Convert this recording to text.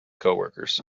coworkers